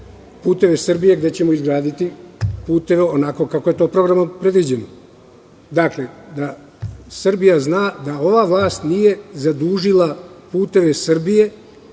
"Puteve Srbije" gde ćemo izgraditi puteve onako kako je to programom predviđeno. Srbija zna da ova vlast nije zadužila "Puteve Srbije"